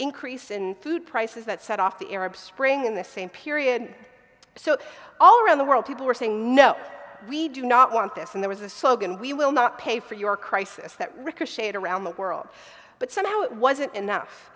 increase in food prices that set off the arab spring in the same period so all around the world people were saying no we do not want this and there was a slogan we will not pay for your crisis that ricocheted around the world but somehow it wasn't enough